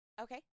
Okay